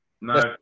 no